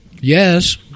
Yes